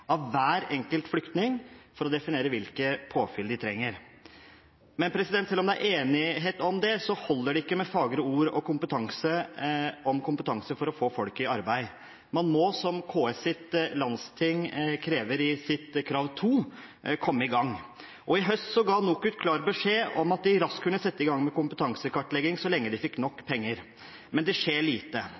holder det ikke med fagre ord om kompetanse for å få folk i arbeid. Man må, som KS sitt landsting krever i krav nr. to, komme i gang. I høst ga NOKUT klar beskjed om at de raskt kunne sette i gang med kompetansekartlegging så lenge de fikk nok penger. Men det skjer lite.